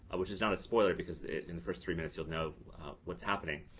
which is not a spoiler because in the first three minutes you'll know what's happening.